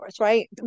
right